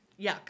yuck